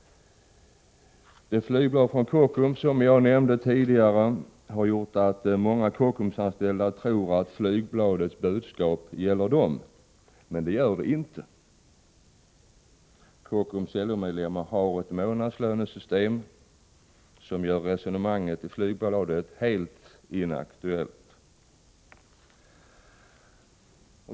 Det flygblad från Kockums som jag nämnde tidigare har gjort att många Kockumsanställda tror att flygbladets budskap gäller dem, men det gör det inte. Kockums LO-medlemmar har ett månadslönesystem som gör resonemanget i flygbladet helt inaktuellt.